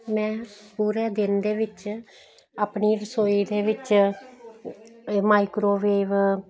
ਮੈਂ ਪੂਰੇ ਦਿਨ ਦੇ ਵਿੱਚ ਆਪਣੀ ਰਸੋਈ ਦੇ ਵਿੱਚ ਮਾਈਕਰੋਵੇਵ